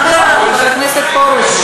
מה קרה, חבר הכנסת פרוש?